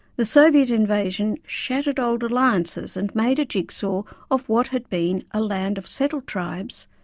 the soviet invasion shattered old alliances and made a jigsaw of what had been a land of settled tribes,